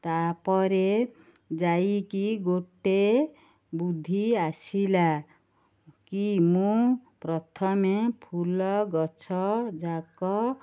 ତା'ପରେ ଯାଇକି ଗୋଟେ ବୁଦ୍ଧି ଆସିଲା କି ମୁଁ ପ୍ରଥମେ ଫୁଲ ଗଛ ଯାକ